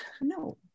No